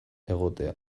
egotea